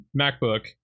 MacBook